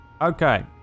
Okay